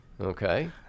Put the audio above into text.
Okay